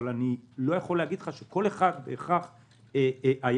אבל אני לא יכול להגיד לך שכל אחד בהכרח היה